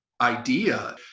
idea